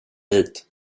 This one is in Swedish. hit